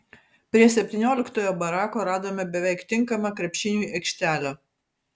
prie septynioliktojo barako radome beveik tinkamą krepšiniui aikštelę